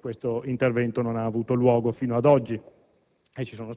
questo intervento non ha avuto luogo fino ad oggi.